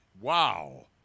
Wow